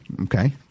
Okay